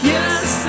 Yes